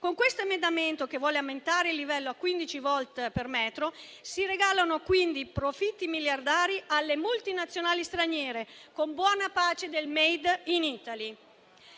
Con questo emendamento, che vuole aumentare il livello a 15 volt per metro, si regalano quindi profitti miliardari alle multinazionali straniere. Con buona pace del *made in Italy*.